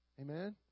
Amen